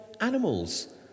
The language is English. animals